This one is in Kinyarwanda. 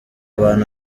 bantu